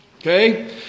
Okay